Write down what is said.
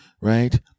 right